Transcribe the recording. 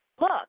look